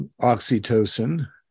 oxytocin